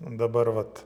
dabar vat